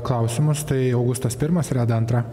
klausimus tai augustas pirmas reda antra